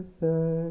say